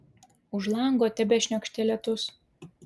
už lango tebešniokštė lietus